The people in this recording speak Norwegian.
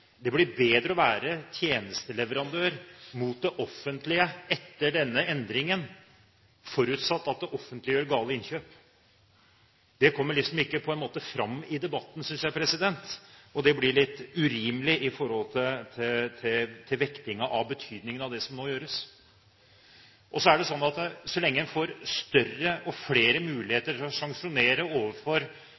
Det blir bedre å være tjenesteleverandør mot det offentlige etter denne endringen – forutsatt at det offentlige gjør gale innkjøp. Det kommer på en måte ikke fram i debatten, synes jeg, og det blir litt urimelig i forhold til vektingen av betydningen av det som nå gjøres. Så er det sånn at så lenge en får større og flere muligheter til å sanksjonere overfor